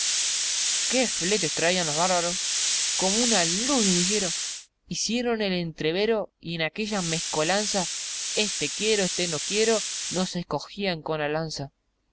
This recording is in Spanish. qué fletes traiban los bárbaros como una luz de ligeros hicieron el entrevero y en aquella mezcolanza este quiero éste no quiero nos escogían con